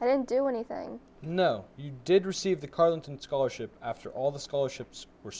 i didn't do anything no you did receive the columns and scholarship after all the scholarships were